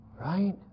right